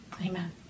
amen